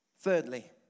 Thirdly